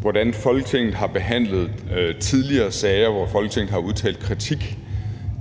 hvordan Folketinget har behandlet tidligere sager, hvor Folketinget har udtalt kritik